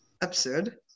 absurd